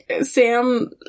Sam